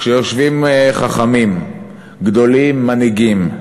כשיושבים חכמים גדולים, מנהיגים,